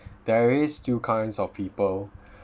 there is two kinds of people